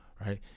Right